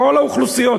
כל האוכלוסיות,